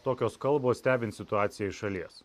tokios kalbos stebint situaciją iš šalies